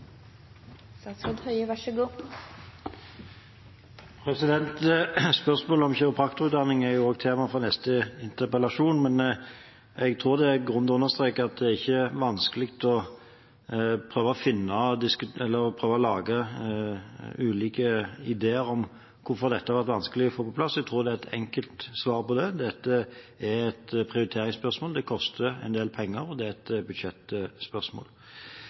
tema for neste interpellasjon, men jeg tror det er grunn til å understreke at det er ikke vanskelig å prøve å lage ulike ideer om hvorfor dette har vært vanskelig å få på plass. Jeg tror det er et enkelt svar på det – dette er et prioriteringsspørsmål, det koster en del penger, og det er et budsjettspørsmål.